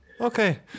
okay